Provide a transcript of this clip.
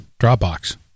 Dropbox